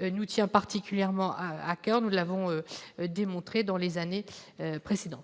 nous tient particulièrement à coeur, nous l'avons démontré dans les années précédentes,